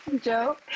Joe